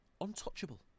untouchable